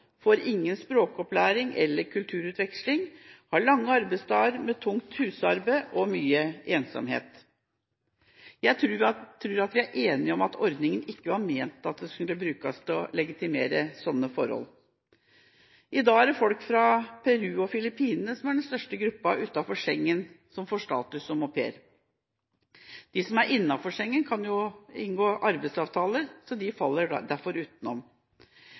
ingen språkopplæring eller kulturutveksling og har lange arbeidsdager, med tungt husarbeid og mye ensomhet. Jeg tror vi er enige om at ordningen ikke var ment å skulle brukes til å legitimere slike forhold. I dag er det folk fra Peru og Filippinene som er den største gruppa utenfor Schengen som får status som au pair. De som er innenfor Schengen, kan jo inngå arbeidsavtaler. De faller derfor utenom.